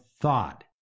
thought